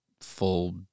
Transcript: full